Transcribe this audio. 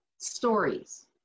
stories